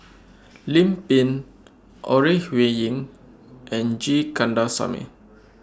Lim Pin Ore Huiying and G Kandasamy